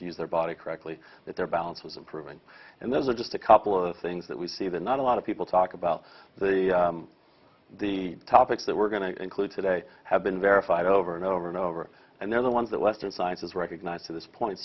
to use their body correctly that their balance is improving and those are just a couple of things that we see that not a lot of people talk about the topics that we're going to include today have been verified over and over and over and they're the ones that western science has recognized to this point